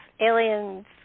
aliens